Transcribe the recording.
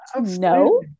no